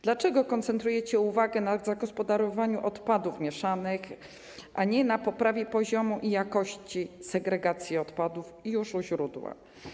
Dlaczego koncentrujecie uwagę na zagospodarowaniu odpadów zmieszanych, a nie na poprawie poziomu i jakości segregacji odpadów już u źródła?